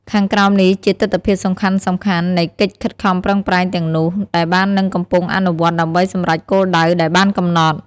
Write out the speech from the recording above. ខាងក្រោមនេះជាទិដ្ឋភាពសំខាន់ៗនៃ កិច្ចខិតខំប្រឹងប្រែងទាំងនោះ ដែលបាននិងកំពុងអនុវត្តដើម្បីសម្រេចគោលដៅដែលបានកំណត់។